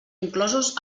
inclosos